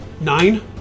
Nine